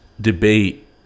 debate